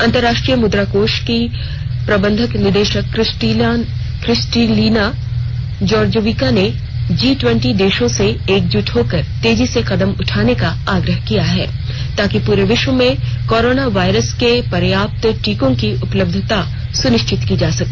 अंतर्राष्ट्रीय मुद्राकोष की प्रबंध निदेशक क्रिस्टलीना जोर्जीवा ने जी ट्वेंटी देशों से एकजुट होकर तेजी से कदम उठाने का आग्रह किया है ताकि पूरे विश्व में कोरोना वायरस के पर्याप्त टीकों की उपलब्यता सुनिश्चित की जा सके